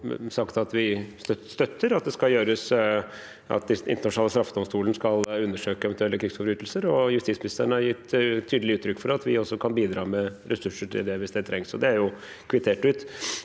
har sagt at vi støtter at Den inter nasjonale straffedomstolen skal undersøke eventuelle krigsforbrytelser, og justisministeren har gitt tydelig uttrykk for at vi også kan bidra med ressurser til det hvis det trengs. Det er kvittert ut.